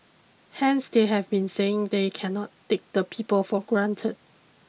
hence they have been saying they cannot take the people for granted